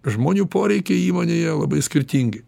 žmonių poreikiai įmonėje labai skirtingi